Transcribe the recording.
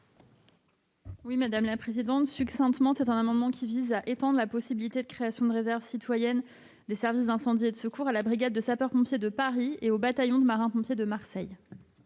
à Mme la ministre déléguée. Cet amendement vise à étendre la possibilité de création de réserves citoyennes des services d'incendie et de secours à la brigade de sapeurs-pompiers de Paris et au bataillon de marins-pompiers de Marseille.